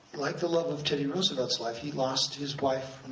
like the love of teddy roosevelt's life, he lost his wife,